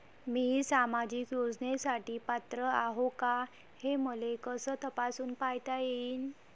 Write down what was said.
मी सामाजिक योजनेसाठी पात्र आहो का, हे मले कस तपासून पायता येईन?